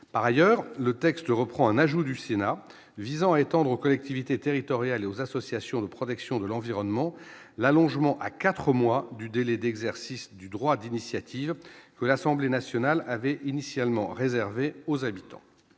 par ailleurs, le texte reprend un ajout du Sénat visant à étendre aux collectivités territoriales, aux associations de protection de l'environnement, l'allongement à 4 mois du délai d'exercice du droit d'initiative que l'Assemblée nationale avait initialement réservé aux habitants,